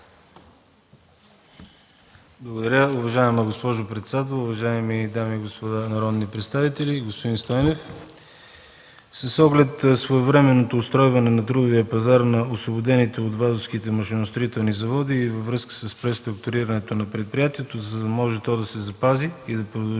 Благодаря, уважаема госпожо председател. Уважаеми дами и господа народни представители! Господин Стойнев, с оглед своевременното устройване на трудовия пазар на освободените от Вазовските машиностроителни заводи и във връзка с преструктурирането на предприятието, за да може то да се запази и да продължи